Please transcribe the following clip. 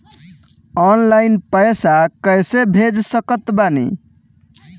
Online पैसा कैसे भेज सकत बानी?